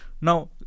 now